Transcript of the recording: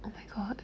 oh my god